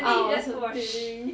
I think it's just full of shit